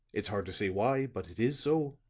it's hard to say why, but it is so.